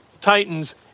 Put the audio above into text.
Titans